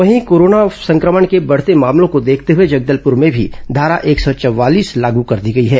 वहीं कोरोना संक्रमण के बढ़ते मामलों को देखते हुए जगदलपुर में भी धारा एक सौ चवालीस लागू कर दी गई है